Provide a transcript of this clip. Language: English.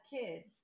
kids